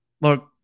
Look